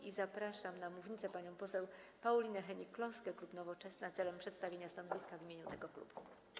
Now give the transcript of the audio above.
I zapraszam na mównicę panią poseł Paulinę Hennig-Kloskę, klub Nowoczesna, celem przedstawienia stanowiska w imieniu tego klubu.